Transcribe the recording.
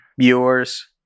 viewers